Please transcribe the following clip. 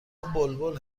بلبل